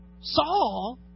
Saul